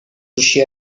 riuscì